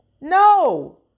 no